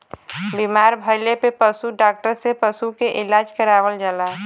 बीमार भइले पे पशु डॉक्टर से पशु के इलाज करावल जाला